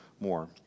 more